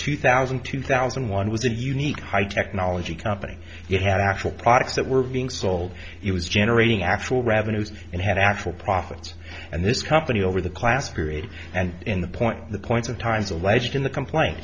two thousand two thousand and one was a unique high technology company that had actual products that were being sold it was generating actual revenues and had actual profits and this company over the class period and in the point the points of times alleged in the complaint